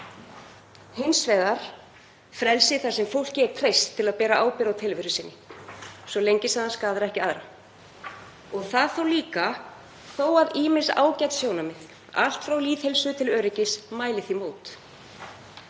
Hins vegar frelsi þar sem fólki er treyst til að bera ábyrgð á tilveru sinni, svo lengi sem það skaðar ekki aðra og það þá líka þó að ýmis ágæt sjónarmið, allt frá lýðheilsu til öryggis, mæli því mót.